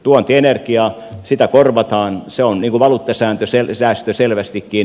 tuontienergiaa korvataan se on valuuttasäästö selvästikin